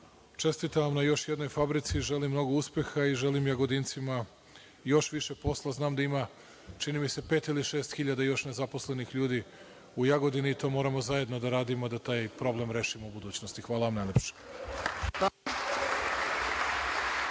čestitam vam na još jednoj fabrici. Želim mnogo uspeha i želim Jagodincima još više posla. Znam da ima, čini mi se, pet ili šest hiljada nezaposlenih ljudi u Jagodini i moramo zajedno da radimo da taj problem rešimo u budućnosti. Hvala najlepše. **Maja